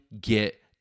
get